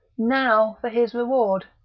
now for his reward!